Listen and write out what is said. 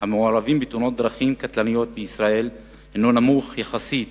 המעורבים בתאונות דרכים קטלניות בישראל נמוך יחסית